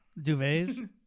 Duvets